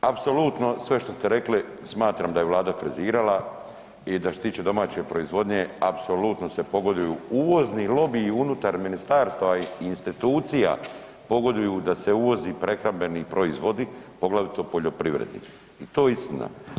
Apsolutno sve što ste rekli smatram da je vlada frizirala i da što se tiče domaće proizvodnje apsolutno se pogoduju uvozni lobiji unutar ministarstava i institucija, pogoduju da se uvozi prehrambeni proizvodi, poglavito poljoprivredni i to je istina.